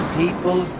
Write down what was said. people